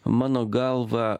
mano galva